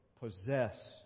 possessed